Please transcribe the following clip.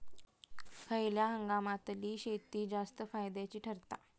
खयल्या हंगामातली शेती जास्त फायद्याची ठरता?